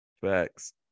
Facts